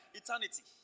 eternity